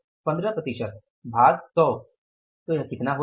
15 प्रतिशत भाग 100 तो यह कितना होता है